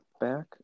back